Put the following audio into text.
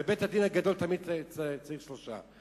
בבית-הדין הגדול תמיד צריך שלושה.